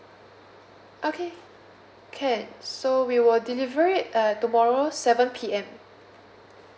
okay can so we will delivery it uh tomorrow seven P_M